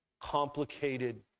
complicated